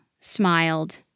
smiled